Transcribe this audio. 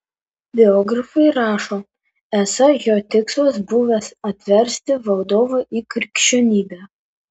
biografai rašo esą jo tikslas buvęs atversti valdovą į krikščionybę